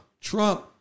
Trump